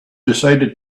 decided